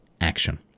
action